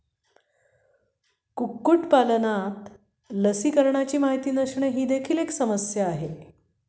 कुक्कुटपालनात लसीकरणाची माहिती नसणे ही देखील एक समस्या आहे